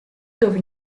dove